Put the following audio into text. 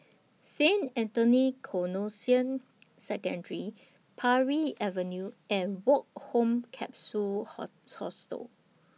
Saint Anthony's Canossian Secondary Parry Avenue and Woke Home Capsule Hostel